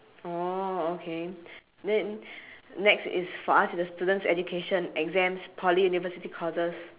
oh okay then next is for us is the students education exams poly university courses